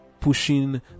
pushing